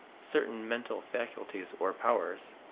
certain mental faculties or powers,